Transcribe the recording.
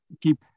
keep